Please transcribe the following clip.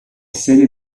sede